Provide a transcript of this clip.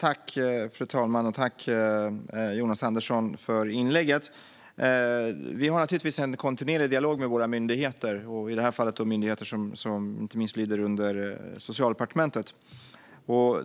Fru talman! Tack, Jonas Andersson, för inlägget! Vi har en kontinuerlig dialog med våra myndigheter, i det här fallet myndigheter som lyder inte minst under Socialdepartementet.